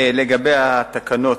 לגבי התקנות,